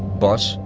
bus,